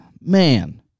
Man